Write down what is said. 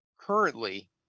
Currently